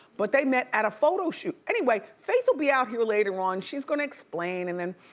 but they met at a photo shoot. anyway, faith'll be out here later on. she's gonna explain, and then